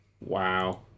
Wow